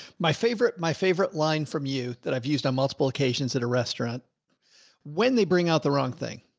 my favorite, my favorite line from you that i've used on multiple occasions at a restaurant when they bring out the wrong thing.